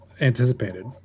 anticipated